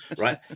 Right